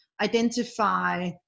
identify